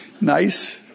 Nice